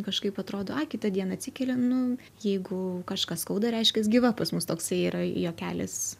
kažkaip atrodo ai kitą dieną atsikeli nu jeigu kažką skauda reiškias gyva pas mus toksai yra juokelis